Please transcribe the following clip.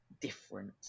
different